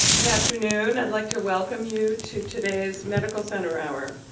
good afternoon. i'd like to welcome you to today's medical center hour.